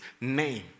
name